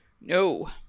No